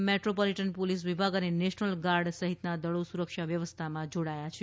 metro પોલીટન police વિભાગ અને national guard સહિતના દળો સુરક્ષા વ્યવસ્થામાં જોડાયા છે